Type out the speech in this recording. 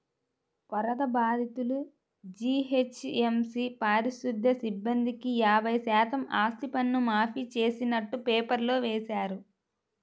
వరద బాధితులు, జీహెచ్ఎంసీ పారిశుధ్య సిబ్బందికి యాభై శాతం ఆస్తిపన్ను మాఫీ చేస్తున్నట్టు పేపర్లో వేశారు